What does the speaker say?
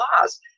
laws